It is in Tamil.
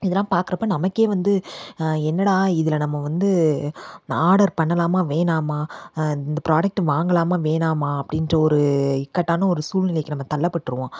இதெலான் பார்க்குறப்ப நமக்கே வந்து என்னடா இதில் நம்ம வந்து நான் ஆடர் பண்ணலாமா வேணாமா இந்த புராடக்ட் வாங்கலாமா வேணாமா அப்படீன்ற ஒரு இக்கட்டான ஒரு சூழ்நிலைக்கு நம்ம தள்ளப்பட்டிருவோம்